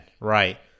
Right